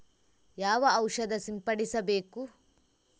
ಯಾವ ಔಷಧ ಸಿಂಪಡಿಸಬೇಕು?